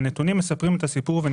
אבל הנתונים מספרים את הסיפור באופן כללי,